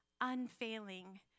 unfailing